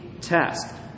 test